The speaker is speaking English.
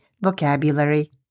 vocabulary